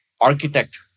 architect